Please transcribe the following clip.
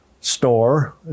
store